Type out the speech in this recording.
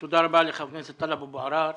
תודה רבה לחבר הכנסת טלב אבו עראר.